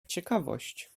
ciekawość